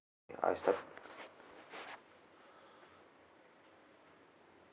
ya I understand